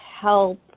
help